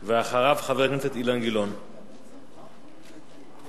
ואחריו, חבר